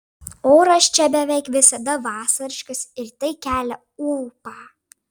oras čia beveik visada vasariškas ir tai kelia ūpą